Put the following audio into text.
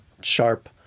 sharp